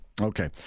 Okay